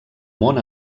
món